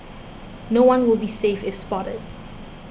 no one will be safe if spotted